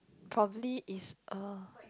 probably is a